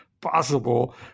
possible